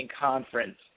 conference